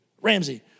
Ramsey